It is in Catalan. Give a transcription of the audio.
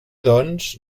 doncs